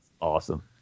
Awesome